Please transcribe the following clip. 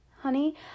honey